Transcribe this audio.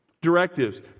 directives